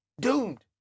Doomed